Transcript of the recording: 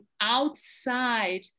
outside